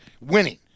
winning